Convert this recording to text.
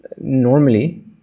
normally